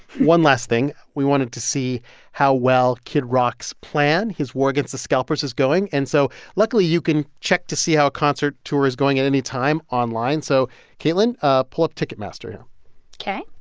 one last thing, we wanted to see how well kid rock's plan, his war against the scalpers, is going. and so luckily, you can check to see how a concert tour is going at any time online. so caitlin, ah pull up ticketmaster here ok